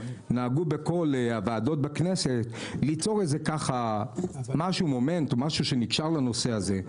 נהגו בכל הוועדות בכנסת ליצור מומנט שנקשר לנושא הזה.